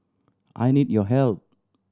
I need your help